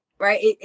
Right